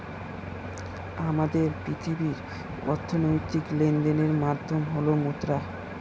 আমাদের পৃথিবীর অর্থনৈতিক লেনদেনের মাধ্যম হল মুদ্রা